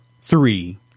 three